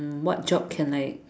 what job can like